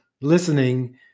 listening